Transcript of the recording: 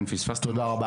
תודה.